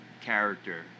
character